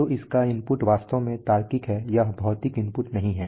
तो इसका इनपुट वास्तव में तार्किक है यह भौतिक इनपुट नहीं है